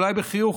אולי בחיוך,